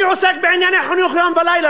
אני עוסק בענייני חינוך יום ולילה,